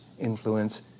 influence